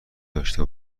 داشته